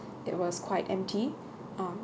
it was quite empty um